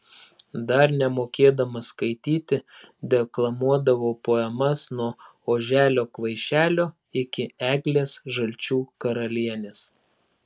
dar nemokėdama skaityti deklamuodavau poemas nuo oželio kvaišelio iki eglės žalčių karalienės